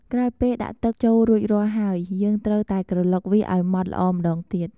ក្រោយពេលដាក់ទឹកចូលរួចរាល់ហើយ យើងត្រូវតែក្រឡុកវាឱ្យម៉ដ្ឋល្អម្ដងទៀត។